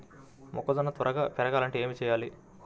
మొక్కజోన్న త్వరగా పెరగాలంటే ఏమి చెయ్యాలి?